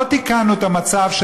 לא תיקנו את המצב,